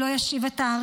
אני מבקשת, תתעוררו.